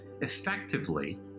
effectively